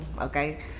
okay